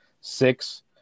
six